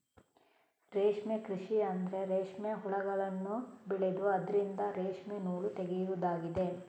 ರೇಷ್ಮೆ ಕೃಷಿ ಅಂದ್ರೆ ರೇಷ್ಮೆ ಹುಳಗಳನ್ನ ಬೆಳೆದು ಅದ್ರಿಂದ ರೇಷ್ಮೆ ನೂಲು ತೆಗೆಯುದಾಗಿದೆ